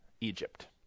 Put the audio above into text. Egypt